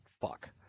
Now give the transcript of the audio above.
fuck